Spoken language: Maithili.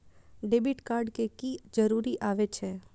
डेबिट कार्ड के की जरूर आवे छै?